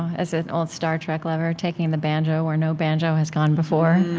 as an old star trek lover, taking the banjo where no banjo has gone before.